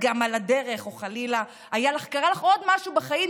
על הדרך או חלילה קרה לך עוד משהו בחיים,